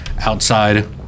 outside